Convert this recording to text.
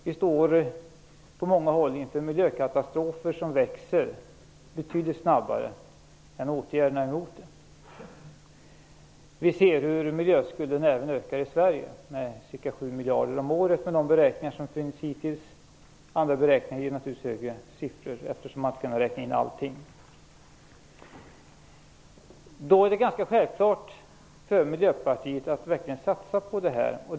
På många håll står vi inför miljökatastrofer som växer betydligt snabbare än åtgärderna emot dem. Vi ser även hur miljöskulden i Sverige ökar med ca 7 miljarder om året med de beräkningar som hittills finns. Andra beräkningar skulle naturligtvis ge högre siffror, eftersom man inte har kunnat räkna in allting. Då är det ganska självklart för Miljöpartiet att verkligen satsa på detta.